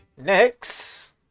next